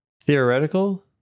Theoretical